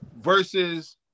Versus